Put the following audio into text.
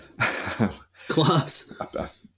Class